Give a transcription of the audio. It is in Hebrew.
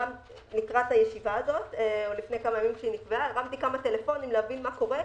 לקראת הישיבה הזאת הרמתי כמה טלפונים כדי להבין מה קורה.